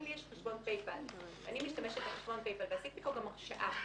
אם יש חשבון פייפל אני משתמשת בחשבון פייפל ועשיתי כאן גם הרשאה,